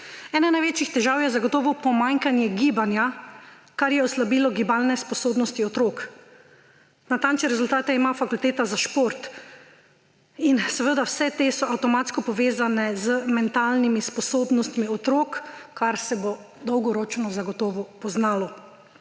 »Ena največjih težav zagotovo pomanjkanje gibanja, kar je oslabilo gibalne sposobnosti otrok, natančne rezultate ima Fakulteta za šport, so te avtomatsko povezane z mentalnimi sposobnostmi otrok, kar se bo dolgoročno zagotovo poznalo.